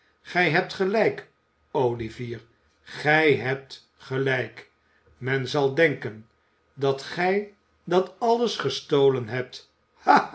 gij hebt gelijk olivier gij hebt gelijk men zal denken dat gij dat alles gestolen hebt